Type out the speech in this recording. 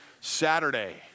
Saturday